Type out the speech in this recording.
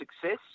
success